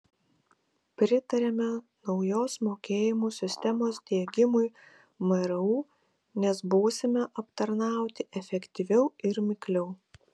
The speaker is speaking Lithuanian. pritariame naujos mokėjimų sistemos diegimui mru nes būsime aptarnauti efektyviau ir mikliau